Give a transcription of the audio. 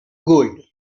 gold